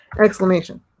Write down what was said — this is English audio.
exclamation